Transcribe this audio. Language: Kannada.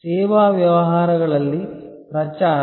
ಸೇವಾ ವ್ಯವಹಾರಗಳಲ್ಲಿ ಪ್ರಚಾರ